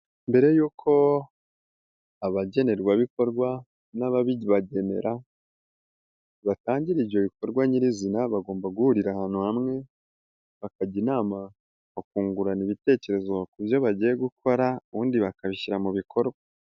Mbere yuko abagenerwabikorwa n'ababibagenera batangira ibyo bikorwa nyir'izina, bagomba guhurira ahantu hamwe bakajya inama bakungurana ibitekerezo, ku byo bagiye gukora ubundi bakabishyira mu bikorwa.